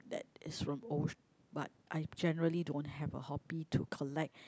that is from o~ but I generally don't have a hobby to collect